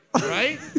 Right